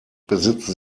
besitzen